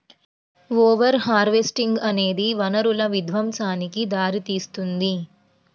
over harvesting అనేది వనరుల విధ్వంసానికి దారితీస్తుంది